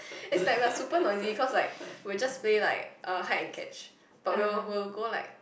it's like we are super noisy cause like we will just play like uh hide and catch but we will we will go like